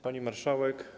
Pani Marszałek!